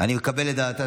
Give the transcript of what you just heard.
אני מקבל את דעתה